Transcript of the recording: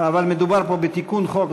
אבל מדובר פה בתיקון חוק,